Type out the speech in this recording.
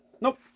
Nope